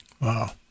Wow